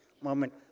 moment